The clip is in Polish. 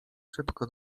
szybko